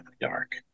dark